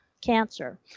cancer